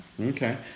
okay